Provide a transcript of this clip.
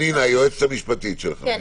נינא, היועצת המשפטית שלכם.